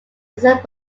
except